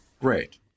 Great